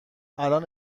الان